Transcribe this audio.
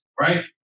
right